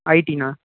ஐடிண்ணா